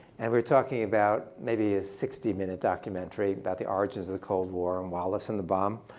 and we were talking about maybe a sixty minute documentary about the origins of the cold war and wallace and the bomb.